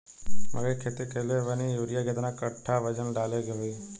मकई के खेती कैले बनी यूरिया केतना कट्ठावजन डाले के होई?